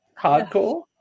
Hardcore